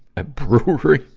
ah, brewery,